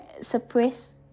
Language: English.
suppress